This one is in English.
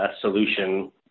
solution